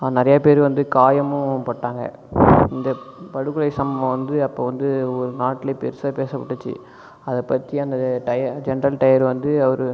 நிறைய பேர் வந்து காயமும் பட்டாங்க இந்தப் படுகொலை சம்பவம் வந்து அப்போது வந்து ஒரு நாட்டில் பெருசாக பேசப்பட்டுச்சு அதை பற்றி அந்த ஜென்ரல் டையர் வந்து அவர்